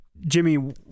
Jimmy